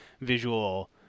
visual